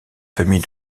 famille